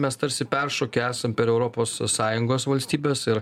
mes tarsi peršokę esam per europos sąjungos valstybes ir